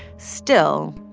still,